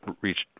reached